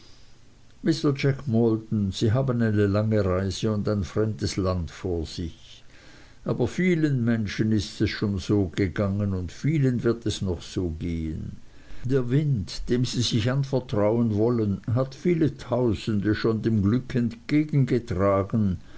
mr jack maldon sie haben eine lange reise und ein fremdes land vor sich aber vielen menschen ist es schon so gegangen und vielen wird es noch so gehen der wind dem sie sich anvertrauen wollen hat viele tausende schon dem glück entgegengetragen